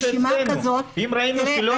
אז אני יכולה להגיד לך רשימה כזאת --- אם ראינו שלא